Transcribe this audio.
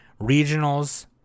regionals